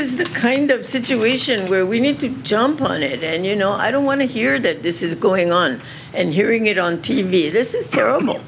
the kind of situation where we need to jump on it and you know i don't want to hear that this is going on and hearing it on t v this is terrible